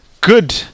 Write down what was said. good